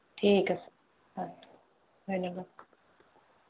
ঠিক আছে হয় ধন্যবাদ